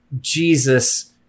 Jesus